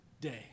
Day